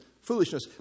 foolishness